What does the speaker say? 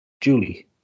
Julie